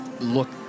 look